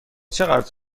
چقدر